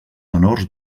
menors